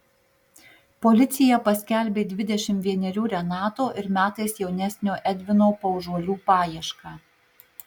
policija paskelbė dvidešimt vienerių renato ir metais jaunesnio edvino paužuolių paiešką